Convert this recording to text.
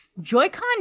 Joy-Con